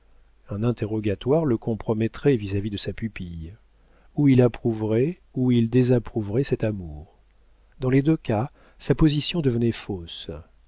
un interrogatoire le compromettrait vis-à-vis de sa pupille ou il approuverait ou il désapprouverait cet amour dans les deux cas sa position devenait fausse